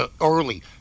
early